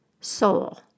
Soul